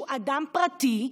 שהוא אדם פרטי,